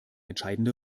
entscheidende